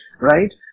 Right